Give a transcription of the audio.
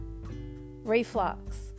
reflux